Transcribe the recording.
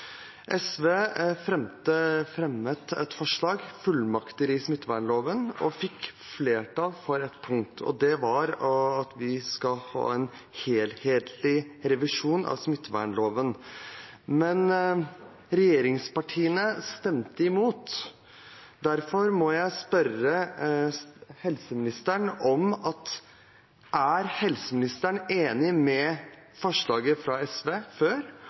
SV fremmet et forslag om fullmakter i smittevernloven og fikk flertall for et punkt, og det var at vi skal ha en helhetlig revisjon av smittevernloven. Men regjeringspartiene stemte imot. Derfor må jeg spørre helseministeren: Er helseministeren enig i forslaget fra SV,